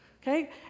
okay